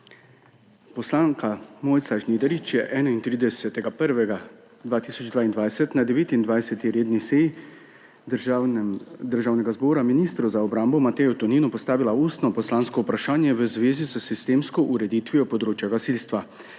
Poslanka Mojca Žnidarič je 31. 1. 2022 na 29. redni seji Državnega zbora ministru za obrambo Mateju Toninu postavila ustno poslansko vprašanje v zvezi z sistemsko ureditvijo področja gasilstva.